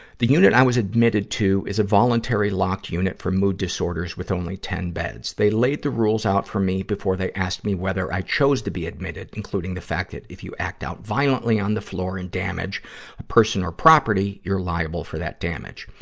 the unit i was admitted to is a voluntary locked unit for mood disorders with only ten beds. they laid the rules out for me before they asked me whether i chose to be admitted, including the fact that, if you act out violently on the floor and damage a person or property, you're liable for that damage.